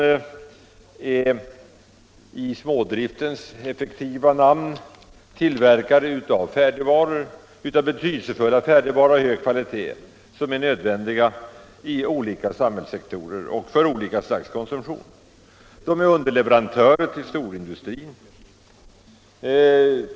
De är i smådriftens effektiva namn tillverkare av betydelsefulla färdigvaror av hög kvalitet som är nödvändiga i olika samhällssektorer och för olika slags konsumtion. De små företagen är underleverantörer till storindustrin.